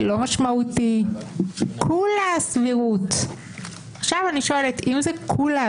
הכניסו לבניין הזה את שמאלנים